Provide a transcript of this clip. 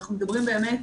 ואנחנו מדברים באמת